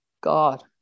God